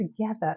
together